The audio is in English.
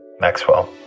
Maxwell